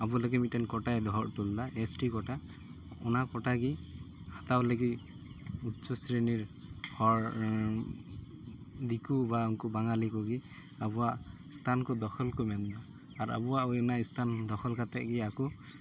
ᱟᱵᱚ ᱞᱟᱹᱜᱤᱫ ᱢᱤᱫᱴᱮᱱ ᱠᱳᱴᱟᱭ ᱫᱚᱦᱚ ᱦᱚᱴᱚ ᱞᱮᱫᱟ ᱮᱥ ᱴᱤ ᱠᱳᱴᱟ ᱚᱱᱟ ᱠᱳᱴᱟ ᱜᱮ ᱦᱟᱛᱟᱣ ᱞᱟᱹᱜᱤᱫ ᱩᱪᱪᱚᱥᱤᱨᱱᱤᱨ ᱦᱚᱲ ᱫᱩᱠᱩ ᱵᱟ ᱩᱱᱠᱩ ᱵᱟᱜᱟᱞᱤ ᱠᱚᱜᱮ ᱟᱵᱚᱣᱟᱜ ᱮᱥᱴᱷᱟᱱ ᱠᱚ ᱫᱚᱠᱷᱚᱱ ᱠᱚ ᱢᱮᱱᱫᱟ ᱟᱨ ᱟᱵᱚᱣᱟᱜ ᱚᱱᱟ ᱮᱥᱛᱷᱟᱱ ᱫᱚᱠᱷᱚᱱ ᱠᱟᱛᱮ ᱜᱮ ᱟᱠᱚ